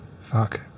Fuck